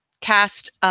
cast